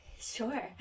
sure